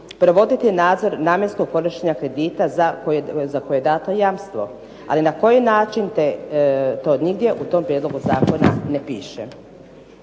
provoditi nadzor namjenskog korištenja kredita za koje je dato jamstvo, ali na koji način to nigdje u Prijedlogu zakona ne piše.